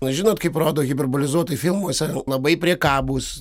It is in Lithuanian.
na žinot kaip rodo hiperbolizuotai filmuose labai priekabūs